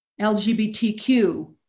LGBTQ